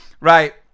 Right